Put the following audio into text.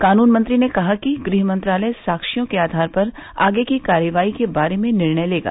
कानून मंत्री ने कहा कि गृह मंत्रालय साक्ष्यों के आधार पर आगे की कार्रवाई के बारे में निर्णय लेगा